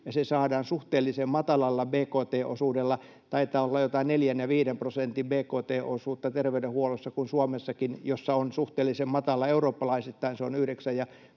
ja se saadaan suhteellisen matalalla bkt-osuudella — taitaa olla jotain 4—5 prosentin bkt-osuutta terveydenhuollossa, kun Suomessakin, jossa on suhteellisen matala eurooppalaisittain, se on 9,5